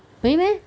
really meh